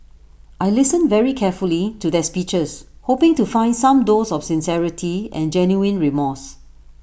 I listened very carefully to their speeches hoping to find some dose of sincerity and genuine remorse